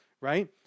right